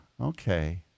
Okay